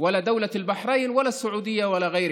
מדינת בחריין, ערב הסעודית והאחרות.